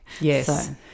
yes